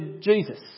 Jesus